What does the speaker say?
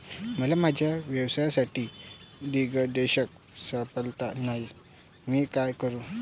मला माझ्या व्यवसायासाठी दिग्दर्शक सापडत नाही मी काय करू?